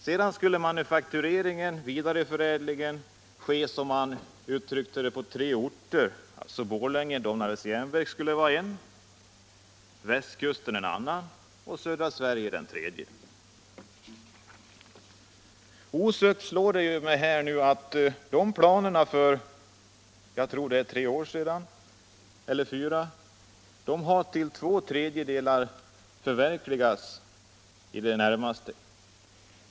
Sedan skulle manufaktureringen, vidareförädlingen, ske på tre orter: Domnarvets Jernverk i Borlänge skulle vara en, västkusten skulle ha en annan och södra Sverige den tredje. Osökt slår det mig att dessa tre fyra år gamla planer till två tredjedelar har förverkligats.